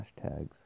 hashtags